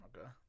Okay